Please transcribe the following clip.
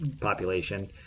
population